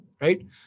Right